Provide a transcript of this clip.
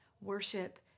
worship